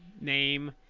name